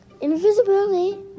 Invisibility